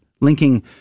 linking